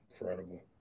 incredible